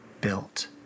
built